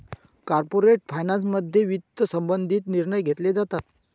corporate फायनान्समध्ये वित्त संबंधित निर्णय घेतले जातात